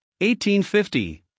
1850